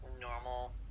normal